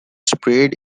sprayed